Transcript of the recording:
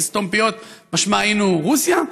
לסתום פיות, משל היינו רוסיה?